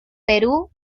perú